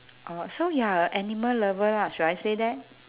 oh so you're a animal lover ah should I say that